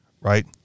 right